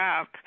up